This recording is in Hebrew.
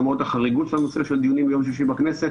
למרות החריגות של הנושא של דיונים ביום שישי בכנסת,